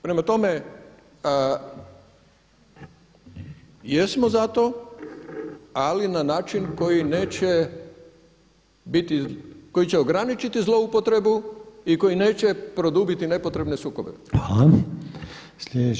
Prema tome, jesmo za to ali na način koji neće biti, koji će ograničiti zloupotrebu i koji neće produbiti nepotrebne sukobe.